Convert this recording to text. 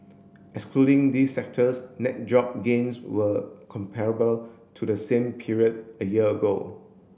excluding these sectors net job gains were comparable to the same period a year ago